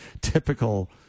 typical